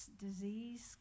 disease